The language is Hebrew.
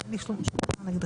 אין שום דבר נגדך.